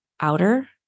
outer